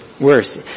worse